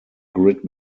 grid